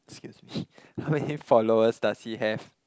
excuse me how many followers does he have